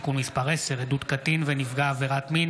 הצמדת קצבת אזרח ותיק לשכר הממוצע במשק והעלאת שיעור הגמלה),